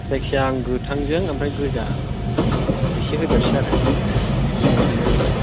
जायखिया आं गोथांजों ओमफ्राय गोजा इसे होदेरनोसै आरो बेबायदिनो ओरै